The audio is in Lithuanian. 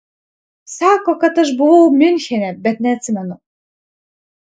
sako kad aš buvau miunchene bet neatsimenu